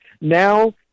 Now